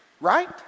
right